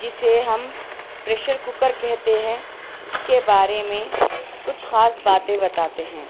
جسے ہم pressure cooker کہتے ہیں اس کے بارے میں کچھ خاص باتیں بتاتے ہیں